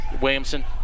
Williamson